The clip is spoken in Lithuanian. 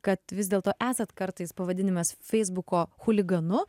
kad vis dėlto esat kartais pavadinimas feisbuko chuliganu